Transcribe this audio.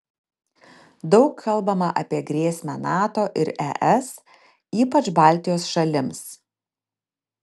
daug kalbama apie grėsmę nato ir es ypač baltijos šalims